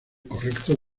correcto